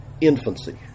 infancy